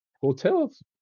hotels